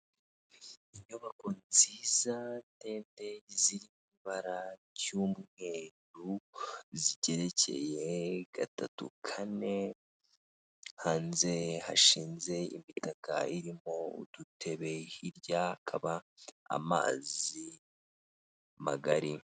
Inyubako nziza ndende ziri mu ibara ry'umweru zigerekeye gatatu kane hanze hashinze imitakaka irimo udutebe hirya hakaba amazi magari.